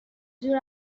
زور